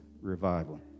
revival